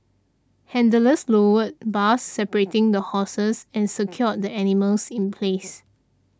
handlers lowered bars separating the horses and secured the animals in place